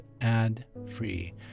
ad-free